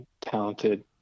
talented